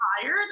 Tired